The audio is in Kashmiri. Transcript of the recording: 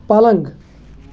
پلنٛگ